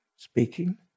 Speaking